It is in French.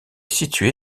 situé